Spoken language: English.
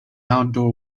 outdoor